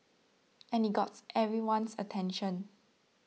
and it got everyone's attention